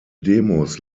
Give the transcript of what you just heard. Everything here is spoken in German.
demos